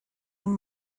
این